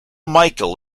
michael